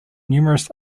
numerous